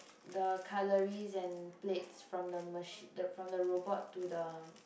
the cutlery and plates from the machine~ the from the robot to the